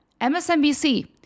MSNBC